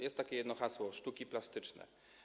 Jest takie jedno hasło: sztuki plastyczne.